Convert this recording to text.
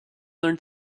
learn